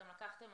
אתם לקחתם,